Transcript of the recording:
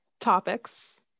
topics